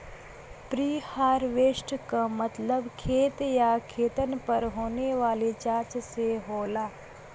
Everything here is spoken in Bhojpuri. प्रीहार्वेस्ट क मतलब खेत या खेतन पर होने वाली जांच से होला